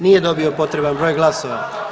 Nije dobio potreban broj glasova.